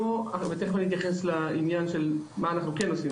ותיכף אני אתייחס לעניין של מה אנחנו כן עושים,